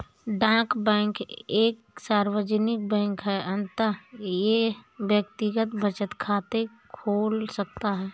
डाक बैंक एक सार्वजनिक बैंक है अतः यह व्यक्तिगत बचत खाते खोल सकता है